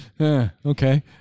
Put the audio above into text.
Okay